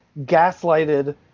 gaslighted